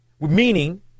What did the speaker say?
Meaning